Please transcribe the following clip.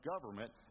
government